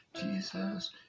Jesus